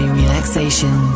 relaxation